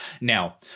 Now